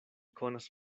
konas